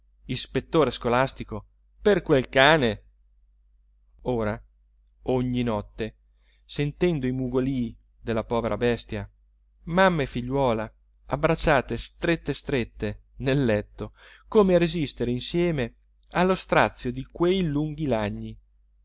ispettore scolastico per quel cane ora ogni notte sentendo i mugolii della povera bestia mamma e figliuola abbracciate strette strette nel letto come a resistere insieme allo strazio di quei lunghi lagni